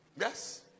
Yes